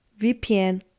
VPN